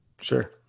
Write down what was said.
Sure